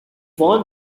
won